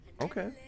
Okay